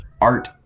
art